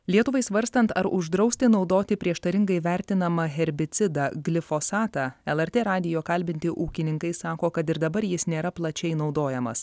lietuvai svarstant ar uždrausti naudoti prieštaringai vertinamą herbicidą glifosatą lrt radijo kalbinti ūkininkai sako kad ir dabar jis nėra plačiai naudojamas